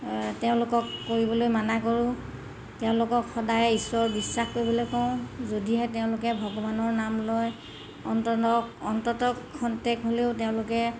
তেওঁলোকক কৰিবলৈ মানা কৰোঁ তেওঁলোকক সদায় ঈশ্বৰ বিশ্বাস কৰিবলৈ কওঁ যদিহে তেওঁলোকে ভগৱানৰ নাম লয় অন্তন অন্ততঃ খন্তেক হ'লেও তেওঁলোকে